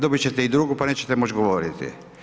Dobit ćete i drugu pa nećete moći govoriti.